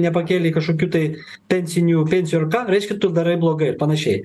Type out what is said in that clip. nepakėlei kažkokių tai pensinių pensijų ar ką reiškia tu darai blogai ir panašiai